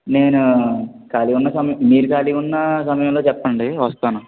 నేను ఖాళీ ఉన్న సమయం మీరు ఖాళీ ఉన్న సమయంలో చెప్పండి వస్తాను